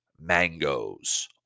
mangoes